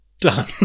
done